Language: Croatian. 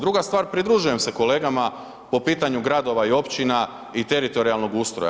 Druga stvar pridružujem se kolegama po pitanju gradova i općina i teritorijalnog ustroja.